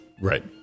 Right